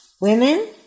Women